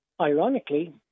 Ironically